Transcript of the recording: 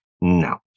no